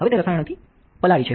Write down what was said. હવે તે રસાયણોથી પલાળી છે